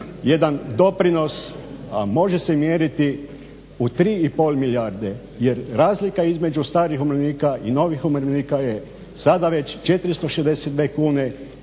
jedan doprinos, a može se mjeriti u 3,5 milijarde jer razlika između starih i novih umirovljenika je sada već 462 kune,